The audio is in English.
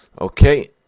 Okay